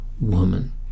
woman